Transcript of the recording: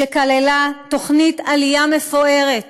שכללה תוכנית עלייה מפוארת,